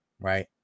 right